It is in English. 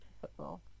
football